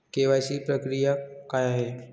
KYC प्रक्रिया काय आहे?